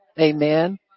amen